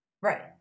Right